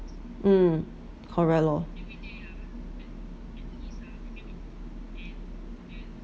mm correct lor